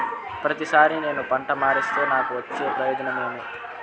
ప్రతిసారి నేను పంటను మారిస్తే నాకు వచ్చే ప్రయోజనం ఏమి?